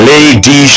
Lady